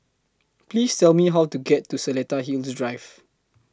Please Tell Me How to get to Seletar Hills Drive